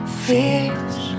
fears